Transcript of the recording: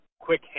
quick